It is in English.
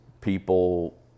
people